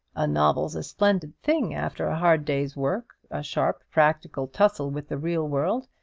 a novel's a splendid thing after a hard day's work, a sharp practical tussle with the real world,